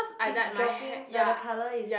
is dropping the the colour is